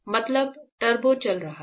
मतलब टर्बो चल रहा है